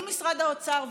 אם משרד האוצר,